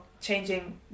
changing